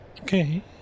Okay